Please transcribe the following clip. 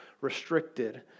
restricted